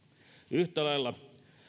yhtä lailla